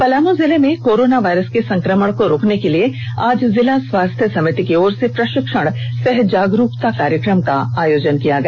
पलामू जिले में corona virus के संकमण को रोकने के लिए आज जिला स्वास्थ्य समिति की ओर से प्रषिक्षण सह जागरूकता कार्यक्रम का आयोजन किया गया